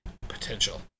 potential